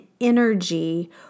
energy